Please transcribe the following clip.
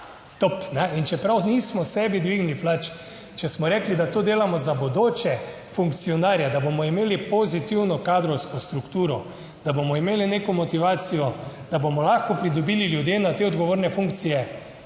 Top. In čeprav nismo sebi dvignili plač, če smo rekli, da to delamo za bodoče funkcionarje, da bomo imeli pozitivno kadrovsko strukturo, da bomo imeli neko motivacijo, da bomo lahko pridobili ljudje na te odgovorne funkcije.